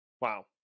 Wow